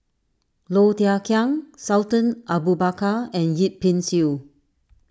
Low Thia Khiang Sultan Abu Bakar and Yip Pin Xiu